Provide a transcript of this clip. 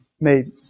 made